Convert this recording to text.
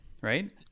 right